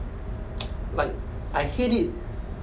tsk like I hate it